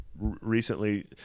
recently